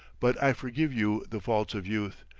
but i forgive you the faults of youth.